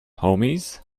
homies